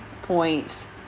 points